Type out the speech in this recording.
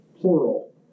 Plural